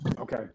Okay